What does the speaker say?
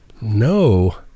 No